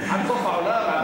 עד סוף העולם?